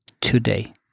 today